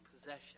possession